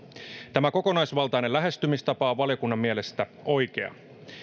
tämä kokonaisvaltainen lähestymistapa on valiokunnan mielestä oikea